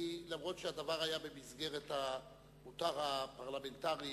אף-על-פי שהדבר היה במסגרת המותר הפרלמנטרי